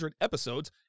episodes